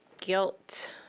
guilt